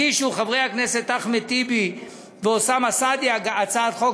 הגישו חברי הכנסת אחמד טיבי ואוסאמה סעדי הצעת חוק